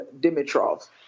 Dimitrov